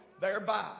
thereby